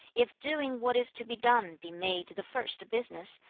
if doing what is to be done be made the first business,